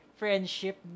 friendship